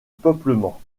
peuplement